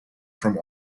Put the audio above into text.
from